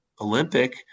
Olympic